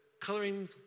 coloring